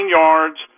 yards